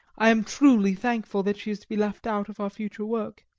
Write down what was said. i am truly thankful that she is to be left out of our future work,